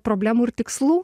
problemų ir tikslų